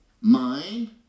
mind